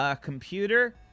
Computer